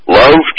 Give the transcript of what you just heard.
love